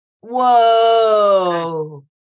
Whoa